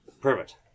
perfect